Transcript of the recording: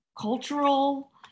cultural